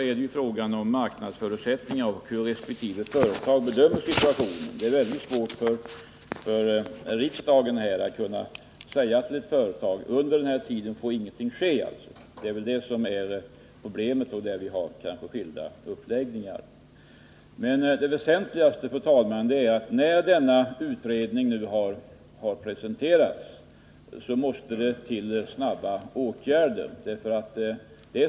Men det är ju fråga om marknadsförutsättningarna och hur resp. företag bedömer situationen. Det är icke möjligt för riksdagen att säga att under en viss tid får ingenting ske. Det är problemet. Där har vi skilda uppfattningar. Det väsentliga, fru talman, är emellertid att när denna utredning nu presenteras, måste det till snabba åtgärder.